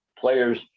players